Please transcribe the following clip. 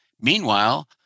Meanwhile